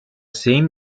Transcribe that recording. same